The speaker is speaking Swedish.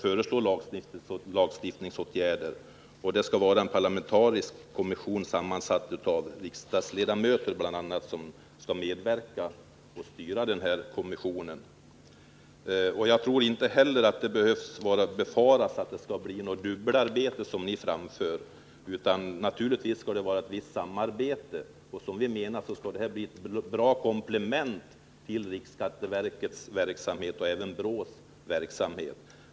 Kommissionen skall ledas av en parlamentariskt sammansatt styrelse, i vilken det bl.a. skall ingå riksdagsledamöter. Jag tror inte att vi behöver befara att det, som Ingemar Hallenius framför, skall bli fråga om dubbelarbete. Naturligtvis skall det förekomma ett visst samarbete, och kommissionens arbete kan bli ett bra komplement till riksskatteverkets och BRÅ:s verksamhet.